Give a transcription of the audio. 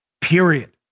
Period